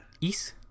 East